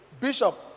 Bishop